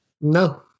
No